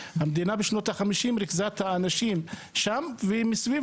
שהמדינה בשנות ה-50 ריכזה את האנשים שם ומסביב